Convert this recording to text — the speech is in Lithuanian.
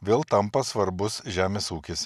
vėl tampa svarbus žemės ūkis